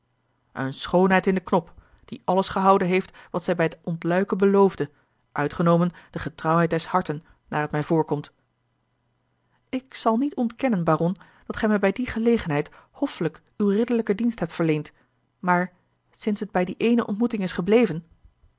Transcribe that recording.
eene schoonheid in knop die alles gehouden heeft wat zij bij t ontluiken beloofde uitgenomen de getrouwheid des harten naar t mij voorkomt ik zal niet ontkennen baron dat gij mij bij die gelegenheid hoffelijk uw ridderlijken dienst hebt verleend maar sinds het bij die ééne ontmoeting is gebleven